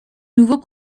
nouveau